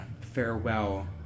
farewell